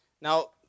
Now